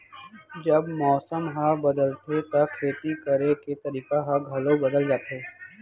जब मौसम ह बदलथे त खेती करे के तरीका ह घलो बदल जथे?